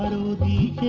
to the